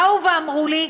באו ואמרו לי: